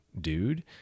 dude